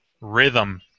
rhythm